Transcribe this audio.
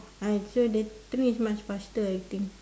uh so the train is much faster I think